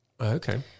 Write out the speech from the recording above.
Okay